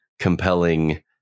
compelling